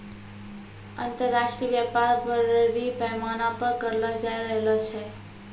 अन्तर्राष्ट्रिय व्यापार बरड़ी पैमाना पर करलो जाय रहलो छै